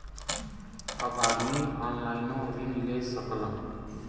अब आदमी ऑनलाइनों ऋण ले सकलन